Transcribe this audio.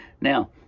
now